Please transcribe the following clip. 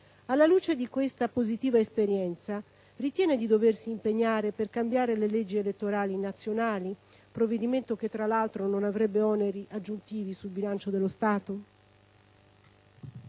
Alla luce di questa positiva esperienza, ritiene di doversi impegnare per cambiare le leggi elettorali nazionali, provvedimento che, tra l'altro, non avrebbe oneri aggiuntivi sul bilancio dello Stato?